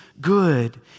good